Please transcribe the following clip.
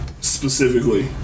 specifically